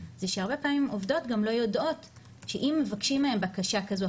זה שהרבה פעמים עובדות גם לא יודעות שאם מבקשים מהן בקשה כזו,